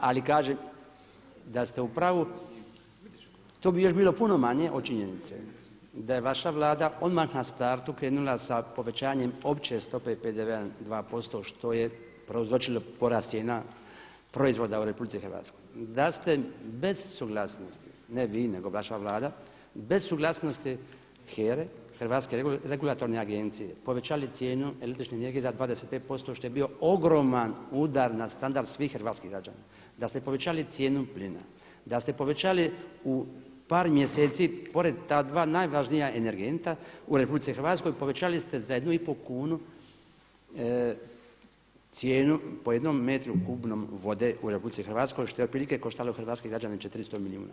Ali kažem, da ste u pravu to bi još bilo puno manje od činjenice da je vaša Vlada odmah na startu krenula sa povećanjem opće stope PDV-a 2% što je prouzročilo porast cijena proizvoda u Republici Hrvatskoj da ste bez suglasnosti, ne vi, nego vaša Vlada bez suglasnosti HERA-e, Hrvatske regulatorne agencije povećali cijenu električne energije za 25% što je bio ogroman udar na standard svih hrvatskih građana, da ste povećali cijenu plina, da ste povećali u par mjeseci pored ta dva najvažnija energenta u Republici Hrvatskoj povećali ste za 1 i pol kunu cijenu po jednom metru kubnom vode u Republici Hrvatskoj što je otprilike koštalo hrvatske građane 400 milijuna.